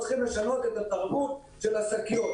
צריכים לשנות את התרבות של השקיות.